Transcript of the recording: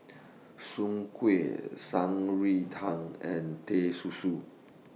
Soon Kuih Shan Rui Tang and Teh Susu